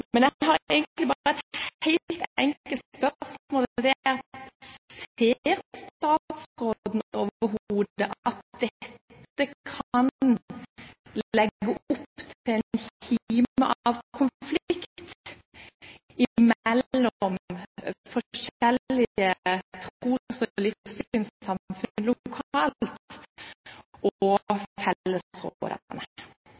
Men jeg har egentlig bare et helt enkelt spørsmål, og det er: Ser statsråden overhodet at dette kan være en kime til konflikt mellom forskjellige tros- og livssynssamfunn lokalt og fellesrådene? Vi har delegert gravferdsmyndigheten til Kirkelig fellesråd, og